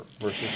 versus